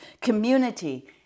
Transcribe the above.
community